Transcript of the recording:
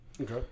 Okay